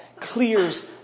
clears